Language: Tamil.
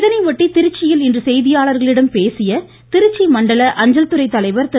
இதையொட்டி திருச்சியில் இன்று செய்தியாளர்களிடம் பேசிய திருச்சி மண்டல அஞ்சல் துறை தலைவர் திரு